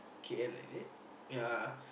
K_L is it yeah